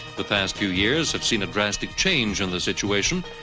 the past few years have seen a drastic change in the situation,